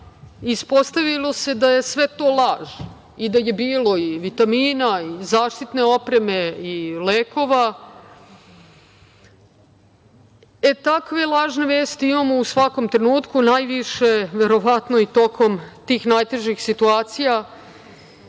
ispostavilo se da je sve to laž, i da je bilo i vitamina, i zaštitne opreme, i lekova. E, takve lažne vesti imamo u svakom trenutku, najviše verovatno i tokom tih najtežih situacija,